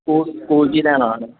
school school 'ਚ ਹੀ ਲੈਣ ਆਉਣ